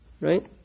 right